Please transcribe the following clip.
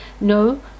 no